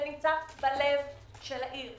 זה בלב העיר.